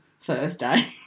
Thursday